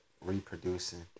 reproducing